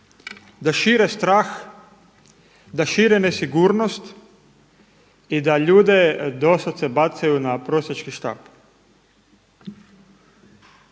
da šire strah, da šire nesigurnost i da ljude doslovce bacaju na prosjački štap.